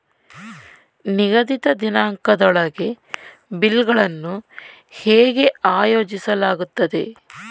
ನಿಗದಿತ ದಿನಾಂಕದೊಳಗೆ ಬಿಲ್ ಗಳನ್ನು ಹೇಗೆ ಆಯೋಜಿಸಲಾಗುತ್ತದೆ?